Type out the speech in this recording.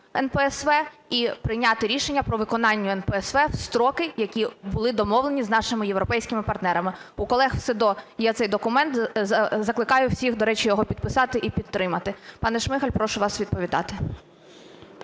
НПСВ і прийняти рішення по виконанню НПСВ в строки, які були домовлені з нашими європейськими партнерами. У колег в СЕДО цей документ, закликаю всіх, до речі, його підписати і підтримати. Пане Шмигаль, прошу вас відповідати.